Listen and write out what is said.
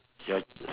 ya